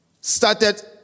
started